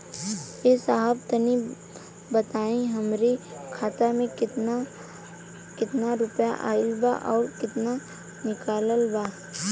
ए साहब तनि बताई हमरे खाता मे कितना केतना रुपया आईल बा अउर कितना निकलल बा?